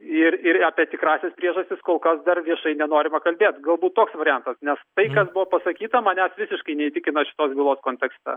ir ir apie tikrąsias priežastis kol kas dar visai nenorima kalbėt galbūt toks variantas nes tai kas buvo pasakyta manęs visiškai neįtikina šitos bylos kontekste